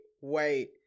wait